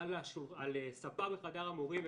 על ספה בחדר המורים,